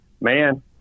man